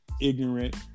ignorant